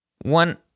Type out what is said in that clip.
one